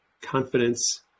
confidence